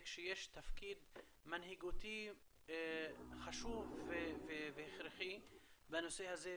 שיש תפקיד מנהיגותי חשוב והכרחי בנושא הזה,